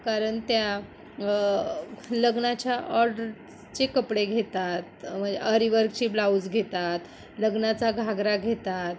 कारण त्या लग्नाच्या ऑर्डरचे कपडे घेतात अरिवर्कची ब्लाऊज घेतात लग्नाचा घागरा घेतात